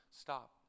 stop